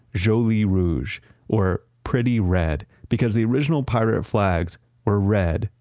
jolie rouge or pretty red, because the original pirate flags were red,